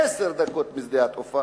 עשר דקות משדה התעופה,